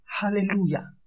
Hallelujah